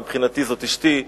מבחינתי זאת אשתי,